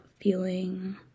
feeling